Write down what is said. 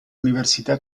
università